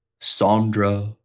Sandra